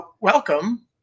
welcome